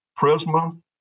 Prisma